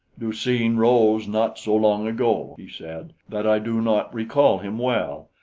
du-seen rose not so long ago, he said, that i do not recall him well,